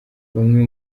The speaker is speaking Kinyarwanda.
bamwe